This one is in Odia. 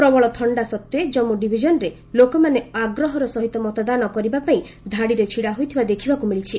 ପ୍ରବଳ ଥଣ୍ଡା ସତ୍ତ୍ୱେ ଜାମ୍ମୁ ଡିଭିଜନରେ ଲୋକମାନେ ଆଗ୍ରହର ସହିତ ମତଦାନ କରିବା ପାଇଁ ଧାଡ଼ିରେ ଛିଡ଼ା ହୋଇଥିବା ଦେଖିବାକୁ ମିଳିଛି